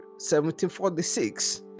1746